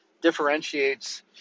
differentiates